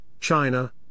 China